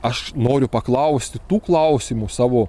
aš noriu paklausti tų klausimų savo